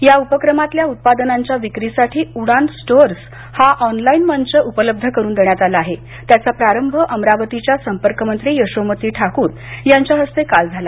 या उपक्रमातल्या उत्पादनांच्या विक्रीसाठी उडान स्टोअर्स हा ऑनलाईन मंच उपलब्ध करून देण्यात आला आहे त्याचा प्रारंभ अमरावतीच्या संपर्कमंत्री यशोमती ठाकूर यांच्या हस्ते काल झाला